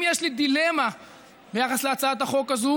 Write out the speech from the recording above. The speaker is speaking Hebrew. אם יש לי דילמה ביחס להצעת החוק הזאת זו